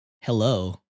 Hello